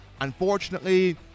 Unfortunately